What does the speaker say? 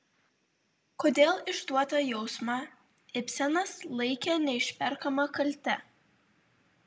kodėl išduotą jausmą ibsenas laikė neišperkama kalte